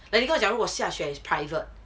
then you 你跟我讲假如 xia xue is private